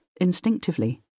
instinctively